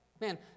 Man